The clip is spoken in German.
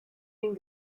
den